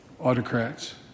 autocrats